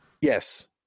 Yes